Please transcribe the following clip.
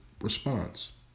response